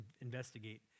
investigate